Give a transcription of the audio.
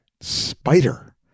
spider